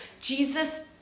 Jesus